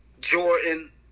Jordan